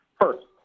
First